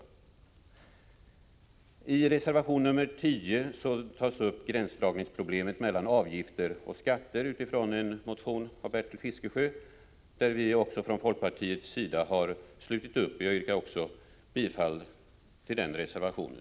I reservation 10 tas gränsdragningsproblemet mellan avgifter och skatter upp, utifrån en motion av Bertil Fiskesjö. Där har vi från folkpartiets sida också slutit upp. Jag yrkar bifall även till den reservationen.